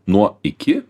nuo iki